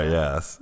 yes